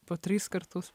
po trys kartus